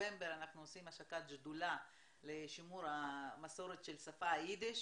בנובמבר אנחנו עושים השקת שדולה לשימור המסורת של השפה היידיש